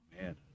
man